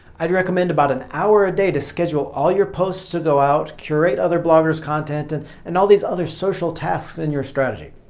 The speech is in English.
i'd recommend about an hour a day to schedule all your posts to go out, curate other bloggers' content and and all these other social tasks in your strategy.